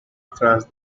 because